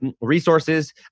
resources